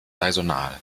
saisonal